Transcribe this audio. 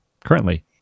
Currently